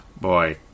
Boy